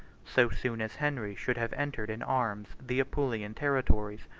so soon as henry should have entered in arms the apulian territories,